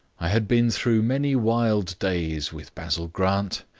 i had been through many wild days with basil grant,